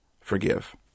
forgive